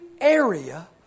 area